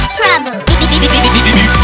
Trouble